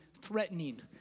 threatening